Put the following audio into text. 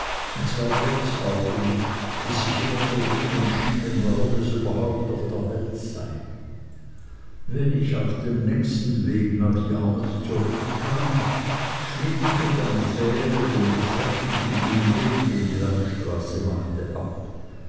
zwei glotzaugen die sich immer zu wundern schienen warum es überhaupt auf der welt sei wenn ich auf dem nächsten wege nach yarmouth zurückkam schnitt ich mit einer fähre den beträchtlichen umweg den die landstraße machte ab